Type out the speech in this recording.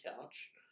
couch